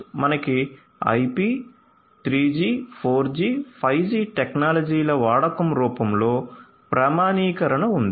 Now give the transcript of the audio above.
మనకు IP 3 G 4 G 5 G టెక్నాలజీల వాడకం రూపంలో ప్రామాణీకరణ ఉంది